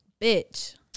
Bitch